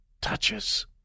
touches